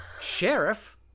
sheriff